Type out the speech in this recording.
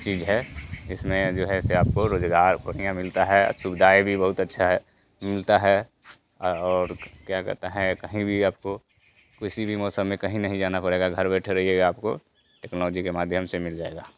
चीज़ है इसमें जो है जो है से आपको रोज़गार बढ़िया मिलता है और सुविधाएँ भी बहुत अच्छी है मिलती है और क्या कहते हैं कहीं भी आपको किसी भी मौसम में कहीं नहीं जाना पड़ेगा घर बैठे रहिए आपको टेक्नोलॉजी के माध्यम से मिल जाएगा